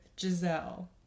Giselle